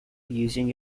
using